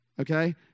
okay